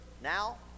now